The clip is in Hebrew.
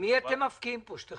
ממי אתם מפקיעים פה שטחים?